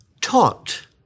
taught